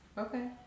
okay